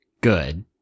good